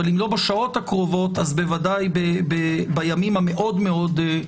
ואם לא בשעות הקרובות - ודאי בימים המאוד-מאוד קרובים.